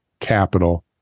capital